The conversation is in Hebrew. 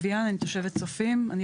תושבת צופים.